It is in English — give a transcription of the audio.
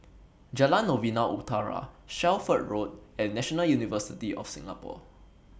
Jalan Novena Utara Shelford Road and National University of Singapore